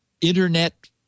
Internet